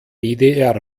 ddr